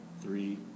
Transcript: Three